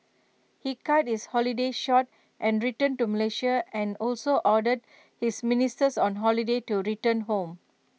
he cut his holiday short and returned to Malaysia and also ordered his ministers on holiday to return home